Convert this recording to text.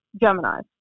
Gemini